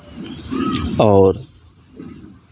आओर